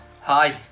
Hi